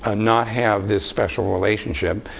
ah not have this special relationship.